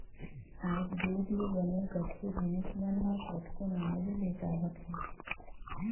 आयज दूद ले बने कतको जिनिस मन ह कतको नांव ले बेंचावत हे